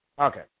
Okay